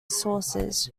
sources